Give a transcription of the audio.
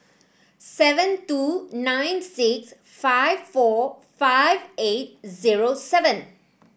seven two nine six five four five eight zero seven